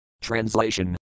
Translation